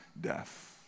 death